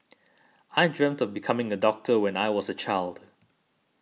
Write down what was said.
I dreamt of becoming a doctor when I was a child